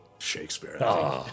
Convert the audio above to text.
Shakespeare